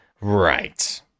Right